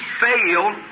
fail